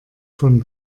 von